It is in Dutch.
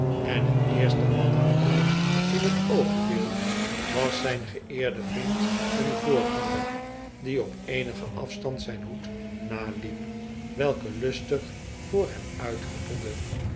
en het eerste wat hem toen in het oog viel was zijn geeerde vriend en voorganger die op eenigen afstand zijn hoed naliep welke lustig voor hem